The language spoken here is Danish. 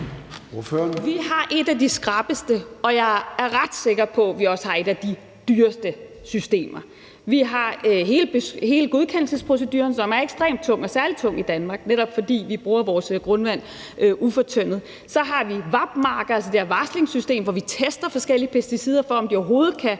Vi har et af de skrappeste, og jeg er ret sikker på, at vi også har et af de dyreste systemer. Vi har hele godkendelsesproceduren, som er ekstremt tung og særlig tung i Danmark, netop fordi vi bruger vores grundvand ufortyndet. Så har vi VAP-marker, altså det her varslingssystem, hvor vi tester forskellige pesticider for, om de overhovedet kan